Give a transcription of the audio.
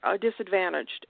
disadvantaged